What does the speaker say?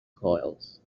coils